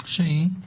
והיא?